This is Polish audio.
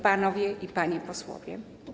Panowie i Panie Posłowie!